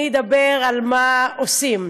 אני אדבר על מה עושים.